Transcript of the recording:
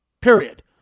Period